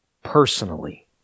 personally